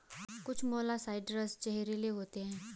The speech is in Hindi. कुछ मोलॉक्साइड्स जहरीले होते हैं